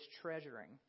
treasuring